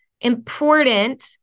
important